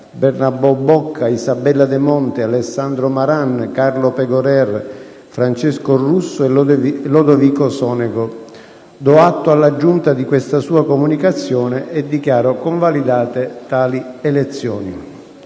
Bernabò Bocca, Isabella De Monte, Alessandro Maran, Carlo Pegorer, Francesco Russo e Lodovico Sonego. Do atto alla Giunta di questa sua comunicazione e dichiaro convalidate tali elezioni.